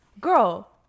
Girl